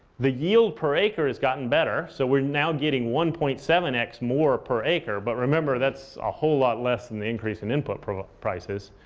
the yield per acre has gotten better. so we're now getting one point seven x more per acre. but remember, that's a whole lot less than the increase in input ah prices.